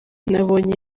nabonye